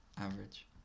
average